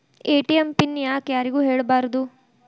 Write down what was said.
ATM PIN ಯಾಕ್ ಯಾರಿಗೂ ಹೇಳಬಾರದು?